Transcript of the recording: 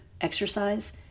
exercise